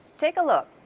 take a look,